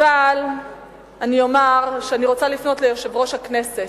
אבל אני רוצה לפנות ליושב-ראש הכנסת,